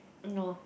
no